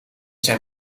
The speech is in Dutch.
zijn